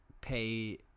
Pay